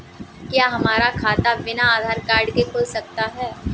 क्या हमारा खाता बिना आधार कार्ड के खुल सकता है?